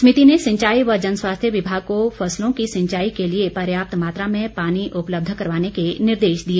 समिति ने सिंचाई व जनस्वास्थ्य विभाग को फसलों की सिंचाई के लिए पर्याप्त मात्रा में पानी उपलब्ध करवाने के निर्देश दिए